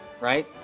right